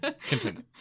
Continue